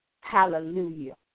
Hallelujah